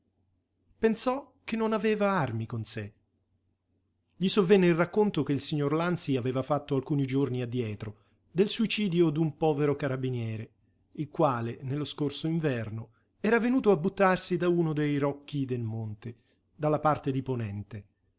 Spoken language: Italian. pensò che non aveva armi con sé gli sovvenne il racconto che il signor lanzi aveva fatto alcuni giorni addietro del suicidio d'un povero carabiniere il quale nello scorso inverno era venuto a buttarsi da uno dei rocchi del monte dalla parte di ponente